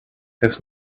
his